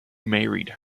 married